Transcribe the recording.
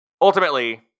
Ultimately